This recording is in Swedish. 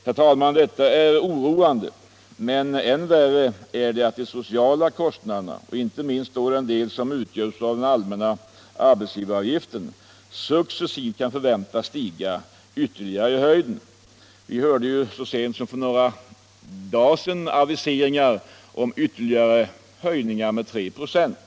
Detta är oroande, herr talman, men än värre är att de sociala kostnaderna, och icke minst då den del som utgörs av den allmänna arbetsgivaravgiften, successivt kan förväntas stiga ytterligare i höjden. Vi hörde ju så sent som för några dagar sedan aviseringar om ytterligare höjningar med 3 26.